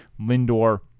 Lindor